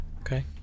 Okay